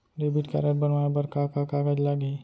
Debit card बनवाये बर का का कागज लागही?